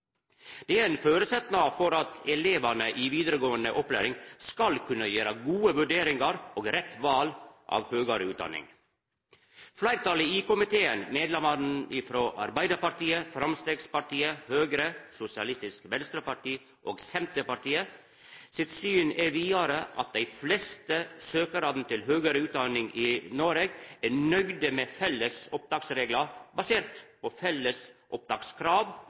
er ein føresetnad for at elevane i vidaregåande opplæring skal kunna gjera gode vurderingar og rett val av høgare utdanning. Fleirtalet i komiteen – medlemene frå Arbeidarpartiet, Framstegspartiet, Høgre, Sosialistisk Venstreparti og Senterpartiet – sitt syn er vidare at dei fleste søkarane til høgare utdanning i Noreg, er nøgde med felles opptaksreglar basert på felles